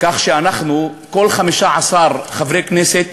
כך שאנחנו, כל 15 חברי כנסת